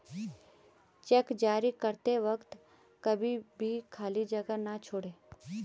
check जारी करते वक्त कभी भी खाली जगह न छोड़ें